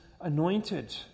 anointed